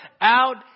out